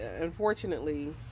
unfortunately